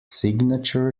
signature